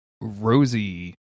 Rosie